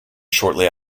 shortly